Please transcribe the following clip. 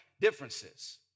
differences